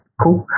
Cool